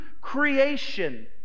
creation